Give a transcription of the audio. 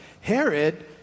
Herod